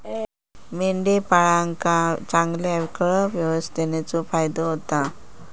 मेंढपाळांका चांगल्या कळप व्यवस्थापनेचो फायदो होता